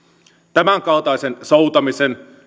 tämänkaltaisen soutamisen